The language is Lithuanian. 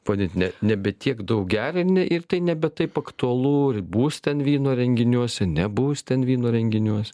politinė nebe tiek daug gerini ir tai nebe taip aktualu bus ten vyno renginiuose nebus ten vyno renginiuose